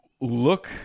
look